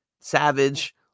Savage